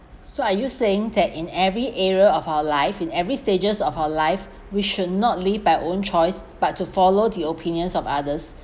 so are you saying that in every area of our life in every stages of our life we should not live by own choice but to follow the opinions of others